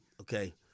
okay